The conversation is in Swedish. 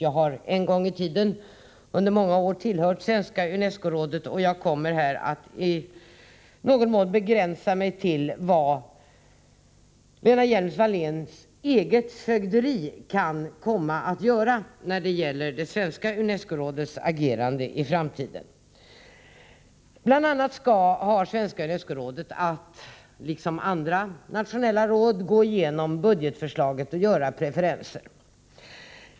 Jag har en gång i tiden under många år tillhört Svenska unescorådet, och jag kommer här att i någon mån begränsa mig till vad Lena Hjelm-Walléns eget fögderi kan tänkas göra när det gäller Svenska unescorådets agerande i framtiden. Bl. a. har Svenska unescorådet att, liksom andra nationella råd, gå igenom budgetförslaget och göra preferenser.